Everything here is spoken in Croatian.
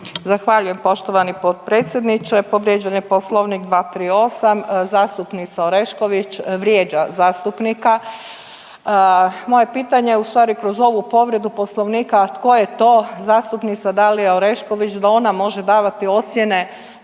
Zahvaljujem poštovani potpredsjedniče, povrijeđen je Poslovnik 238., zastupnica Orešković vrijeđa zastupnika. Moje pitanje ustvari, kroz ovu povredu Poslovnika, tko je to zastupnica Dalija Orešković da ona može davati ocjene